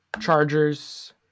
Chargers